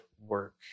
work